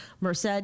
Merced